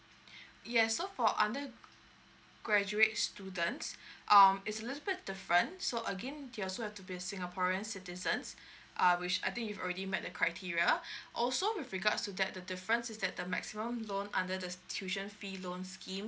yes so for undergraduate students um is a little bit different so again you also have to be singaporean citizens uh which I think you've already met the criteria also with regards to that the difference is that the maximum loan under the tuition fee loan scheme